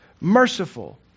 merciful